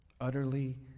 Utterly